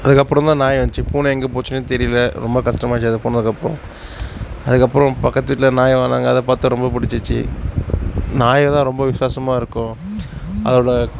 அதுக்கப்புறந்தான் நாய் வந்துச்சு பூனை எங்கே போச்சுனே தெரியல ரொம்ப கஷ்டமாயிருந்ச்சு அது போனதுக்கப்புறம் அதுக்கப்புறம் பக்கத்து வீட்டில் நாயை வளர்ங்க அதை பார்த்து ரொம்ப பிடிச்சிச்சு நாய்தான் ரொம்ப விசுவாசமாக இருக்கும் அதோட